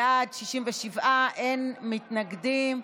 בעד, 67, אין מתנגדים.